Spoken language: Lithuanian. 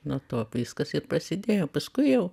nuo to viskas prasidėjo paskui jau